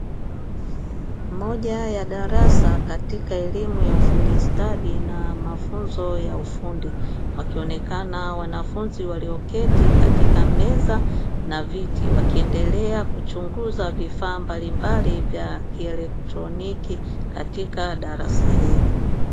Moja ya darasa katika elimu ya ufundi stadi na mafunzo ya ufundi, akionekana wanafunzi walioketi katika meza na viti, wakiendelea kuchunguza vifaa mbalimbali vya kielektroniki katika darasa hilo.